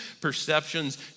perceptions